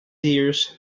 years